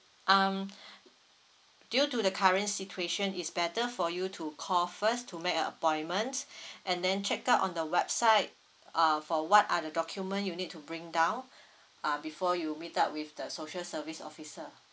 um due to the current situation is better for you to call first to make a appointment and then check out on the website uh for what are the document you need to bring down uh before you meet up with the social service officer